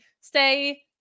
stay